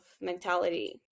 mentality